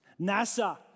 NASA